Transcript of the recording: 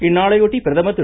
இந்நாளையொட்டி பிரதமர் திரு